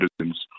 citizens